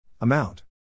Amount